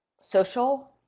Social